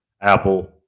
Apple